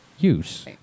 use